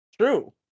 True